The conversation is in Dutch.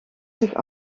zich